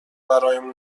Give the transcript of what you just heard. برایم